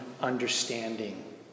understanding